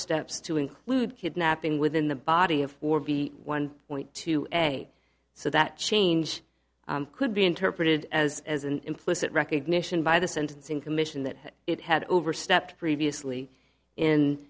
steps to include kidnapping within the body of or be one point to a so that change could be interpreted as as an implicit recognition by the sentencing commission that it had overstepped previously